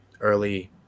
early